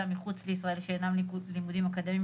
מחוץ לישראל שאינם לימודים אקדמיים,